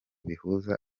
bihuza